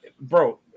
bro